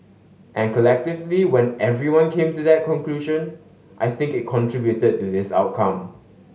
and collectively when everyone came to that conclusion I think it contributed to this outcome